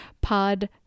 pod